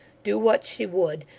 do what she would,